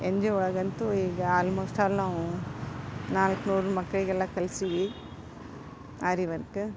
N G O ಒಳಗಂತು ಈಗ almost all ನಾವು ನಾಲ್ಕ್ನೂರು ಮಕ್ಕಳಿಗೆಲ್ಲ ಕಲ್ಸೀವಿ ಆರಿ ವರ್ಕ್